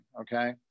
okay